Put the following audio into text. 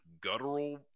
guttural